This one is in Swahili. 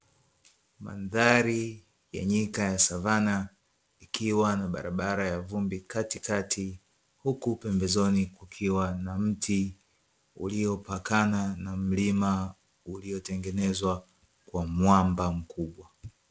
Mandhari ya nyika ya savana ikiwa na barabara ya vumbi katikati huku pembezoni kukiwa na mti, uliopakana na mlima ulio tengenezwa kwa mwamba mkubwa.